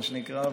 מה שנקרא,